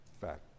fact